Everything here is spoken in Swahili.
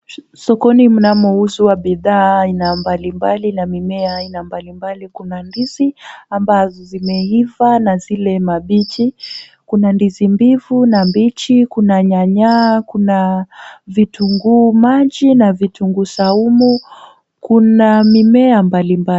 Sokoni mnamouzwa bidhaa aina mbalimbali na mimea aina mbalimbali, kuna ndizi ambazo zimeiva na zile mabichi. Kuna ndizi mbivu na mbichi, kuna nyanya , kuna vitunguu maji na vitunguu saumu. Kuna mimea mbalimbali.